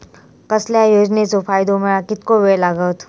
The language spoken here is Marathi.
कसल्याय योजनेचो फायदो मेळाक कितको वेळ लागत?